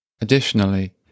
Additionally